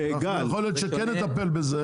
יכול להיות שכן נטפל בזה.